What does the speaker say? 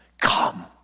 come